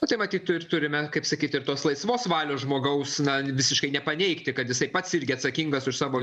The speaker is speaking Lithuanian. nu tai matyt ir turime kaip sakyt ir tos laisvos valios žmogaus na visiškai nepaneigti kad jisai pats irgi atsakingas už savo